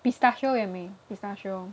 pistachio 也美 pistachio